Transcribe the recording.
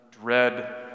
dread